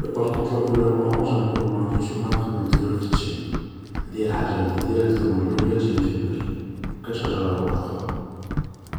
بار كونتر لا كولر اورونج انا كي نشوفها نخمم توجور في التشين هادي هي الحاجة اللولة اللي تجيني ديراكتومون في بالي ما كانش حاجة و حدخرى